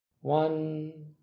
One